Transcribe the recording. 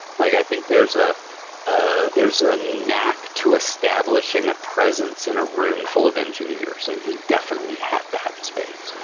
like i think there's a ah knack ah knack to establishing a presence in a room full of engineers and he definitely had that space